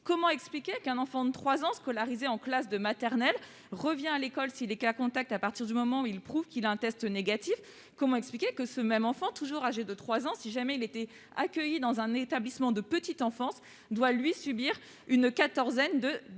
comment expliquer qu'un enfant de 3 ans scolarisé en classe de maternelle revient à l'école s'il est cas contact, à partir du moment où il prouve qu'il a un test négatif, et que ce même enfant, toujours âgé de 3 ans, mais accueilli dans un établissement de petite enfance, doit subir une « quarantaine » de 17 jours ?